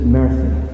mercy